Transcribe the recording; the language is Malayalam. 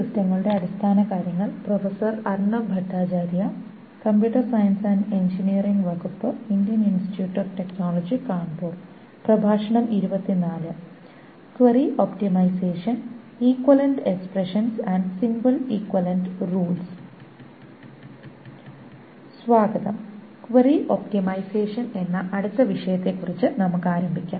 സ്വാഗതം ക്വയരി ഒപ്റ്റിമൈസേഷൻ എന്ന അടുത്ത വിഷയത്തെക്കുറിച്ച് നമുക്ക് ആരംഭിക്കാം